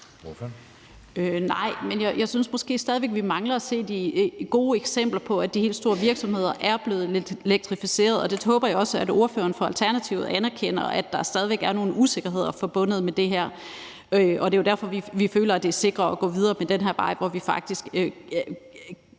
Nej, men jeg synes måske stadig væk, vi mangler at se de gode eksempler på, at de helt store virksomheder er blevet elektrificeret, og det håber jeg også at ordføreren for Alternativet anerkender, og at der stadig væk er nogle usikkerheder forbundet med det her. Det er jo derfor, vi føler, at det er sikrere at gå videre ad den her vej, hvor vi faktisk